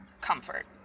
comfort